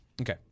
Okay